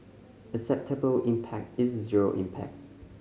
acceptable impact is zero impact